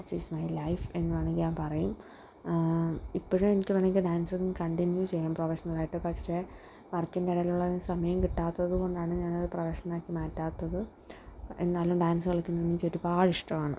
dance is my life എന്ന് വേണമെങ്കില് ഞാൻ പറയും ഇപ്പോഴും എനിക്കു വേണമെങ്കില് ഡാൻസിങ് കണ്ടിന്യൂ ചെയ്യാം പ്രൊഫഷണലായിട്ട് പക്ഷെ വർക്കിൻ്റെ ഇടയിലുള്ള സമയം കിട്ടാത്തതുകൊണ്ടാണ് ഞാനത് പ്രൊഫഷനാക്കി മാറ്റാത്തത് എന്നാലും ഡാൻസ് കളിക്കുന്നത് എനിക്കൊരുപാടിഷ്ടമാണ്